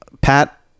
pat